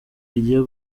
igiye